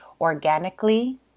organically